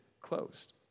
closed